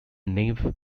nave